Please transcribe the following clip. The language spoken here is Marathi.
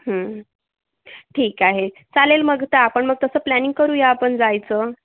ठीक आहे चालेल मग आता आपण मग तसं प्लॅनिंग करूया जायचं